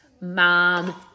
mom